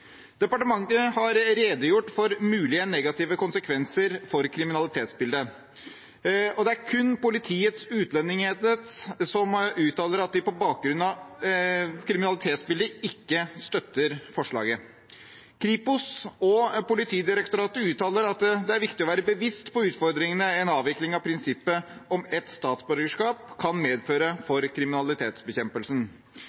Departementet har redegjort for mulige negative konsekvenser for kriminalitetsbildet, og det er kun Politiets utlendingsenhet som uttaler at de på bakgrunn av kriminalitetsbildet ikke støtter forslaget. Kripos og Politidirektoratet uttaler at det er viktig å være bevisst på utfordringene en avvikling av prinsippet om ett statsborgerskap kan medføre